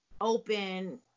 open